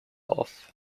off